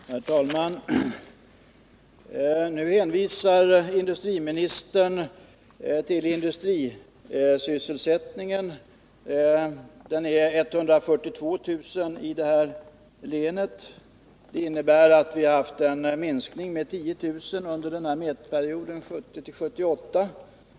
Herr talman! Nu hänvisar industriministern till siffran för industrisysselsättningen; den är 142 000 i detta län. Det innebär att vi har haft en minskning med 10 000 under mätperioden 1970-1978.